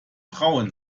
frauen